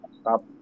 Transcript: stop